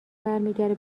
برمیگرده